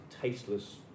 tasteless